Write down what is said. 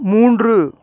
மூன்று